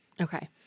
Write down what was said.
Okay